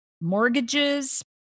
mortgages